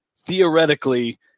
theoretically